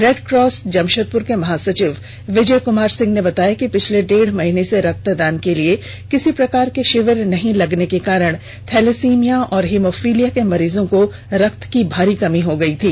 red Cross Jamshedpur के महासचिव बिजय कुमार सिंह ने बताया कि पिछले डेढ़ महीने से रक्तदान के लिए किसी प्रकार के शिविर नहीं लगने के कारण थैलेसीमिया और हिमोफीलिया के मरीजो को रक्त की भारी कमी हो गई थी